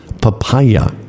papaya